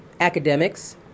academics